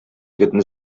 егетне